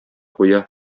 куя